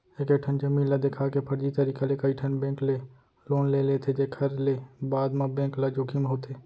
एकेठन जमीन ल देखा के फरजी तरीका ले कइठन बेंक ले लोन ले लेथे जेखर ले बाद म बेंक ल जोखिम होथे